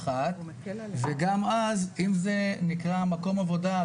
וגם אז זה נקרא מקום עבודה,